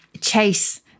chase